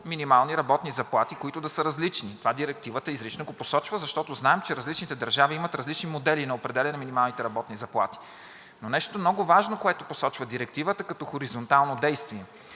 минимални работни заплати, които да са различни. Това Директивата изрично го посочва, защото знаем, че различните държави имат различни модели на определяне на минималните работни заплати. Но нещо много важно, което посочва Директивата като хоризонтално действие.